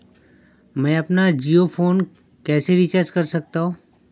मैं अपना जियो फोन कैसे रिचार्ज कर सकता हूँ?